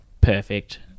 Perfect